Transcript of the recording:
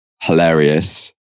hilarious